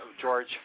George